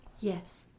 Yes